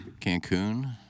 Cancun